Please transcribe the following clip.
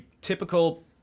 typical